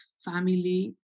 family